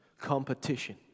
competition